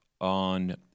on